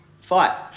fight